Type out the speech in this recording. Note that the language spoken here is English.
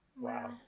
Wow